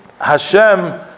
Hashem